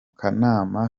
kanama